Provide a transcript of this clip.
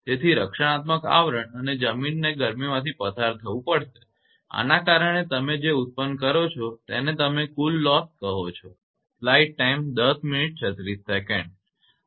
તેથી રક્ષણાત્મક આવરણ અને જમીનને ગરમીમાંથી પસાર થવું પડશે આને કારણે તમે જે ઉત્પન્ન કરો છો તેને તમે કુલ લોસ નુકસાન કહો છો